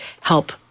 help